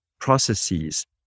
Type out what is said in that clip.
processes